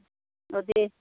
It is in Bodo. अ दे